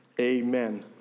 Amen